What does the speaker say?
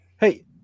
Hey